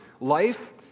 Life